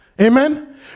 Amen